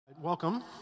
Welcome